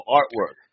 artwork